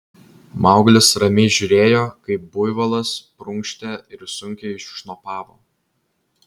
mauglis ramiai žiūrėjo kaip buivolas prunkštė ir sunkiai šnopavo